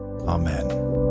Amen